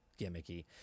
Gimmicky